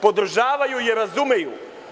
Podržavaju i razumeju.